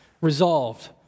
resolved